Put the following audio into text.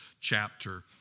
chapter